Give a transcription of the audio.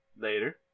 Later